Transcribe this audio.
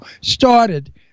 started